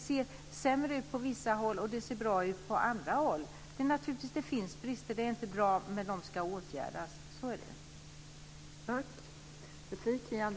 Det ser sämre ut på vissa håll och bra på andra håll. Det finns naturligtvis brister, och det är inte är bra, men de ska åtgärdas. Så är det.